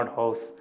house